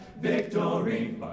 victory